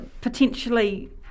potentially